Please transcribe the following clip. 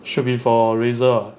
should be for razor ah